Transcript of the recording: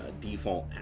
default